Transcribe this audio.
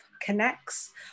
connects